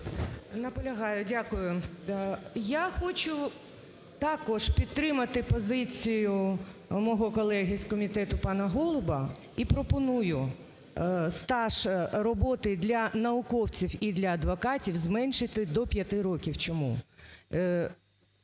Наполягаю. Дякую. Я хочу також підтримати позицію мого колеги з комітету пана Голуба і пропоную стаж роботи для науковців і для адвокатів зменшити до 5 років. Чому?